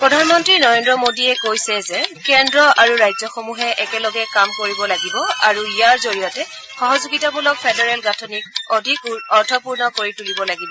প্ৰধানমন্তী নৰেন্দ্ৰ মোডীয়ে কৈছে যে কেন্দ্ৰ আৰু ৰাজ্যসমূহে একেলগে কাম কৰিব লাগিব আৰু ইয়াৰ জৰিয়তে সহযোগিতামূলক ফেডাৰেল গাঁথনিক অধিক অৰ্থপূৰ্ণ কৰি তুলিব লাগিব